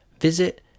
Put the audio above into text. visit